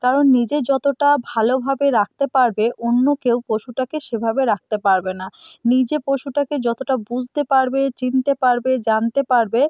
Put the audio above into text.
কারণ নিজে যতোটা ভালভাবে রাখতে পারবে অন্য কেউ পশুটাকে সেভাবে রাখতে পারবে না নিজে পশুটাকে যতোটা বুঝতে পারবে চিনতে পারবে জানতে পারবে